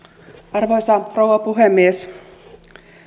arvoisa rouva puhemies